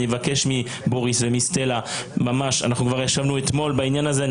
אני מבקש מבוריס וסטלה -- אנחנו כבר ישבנו אתמול בעניין הזה,